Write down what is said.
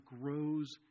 grows